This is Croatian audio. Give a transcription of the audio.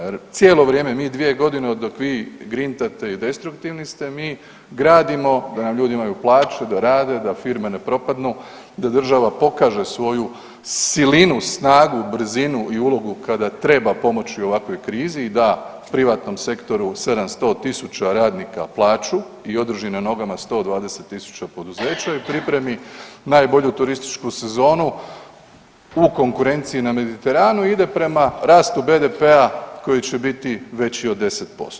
Jer cijelo vrijeme, mi dvije godine dok vi grintate i destruktivni ste, mi gradimo da nam ljudi imaju plaće, da rade, da firme ne propadnu, da država pokaže svoju silinu, snagu, brzinu i ulogu kada treba pomoći u ovakvoj krizi i da privatnom sektoru 700 tisuća radnika plaću i održi na nogama 120 000 poduzeća i pripremi najbolju turističku sezonu u konkurenciji na Mediteranu ide prema rastu BDP-a koji će biti veći od 10%